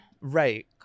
Right